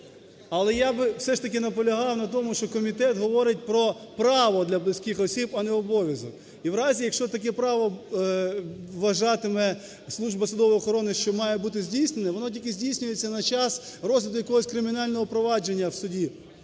Але я б все ж таки наполягав на тому, що комітет говорить про право для близьких осіб, а не обов'язок. І в разі, якщо таке право вважатиме Служба судової охорони, що має бути здійснене, воно тільки здійснюється на час розгляду якогось кримінального провадження в суді